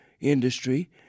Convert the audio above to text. industry